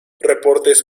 reportes